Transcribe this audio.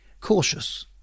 cautious